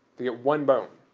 they get one bone,